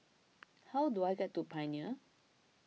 how do I get to Pioneer